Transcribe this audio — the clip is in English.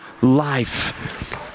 life